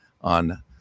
on